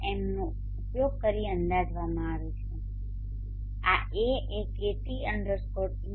mનો ઉપયોગ કરીને અંદાજવામાં આવે છે આ A એ kt India